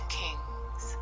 kings